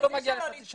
תהיו רציניים.